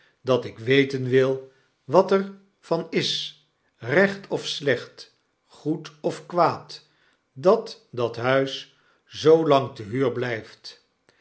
dat ik weten wil wat er van is recht of slecht goed of kwaad dat dat huis zoo lang te huur blyft